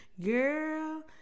Girl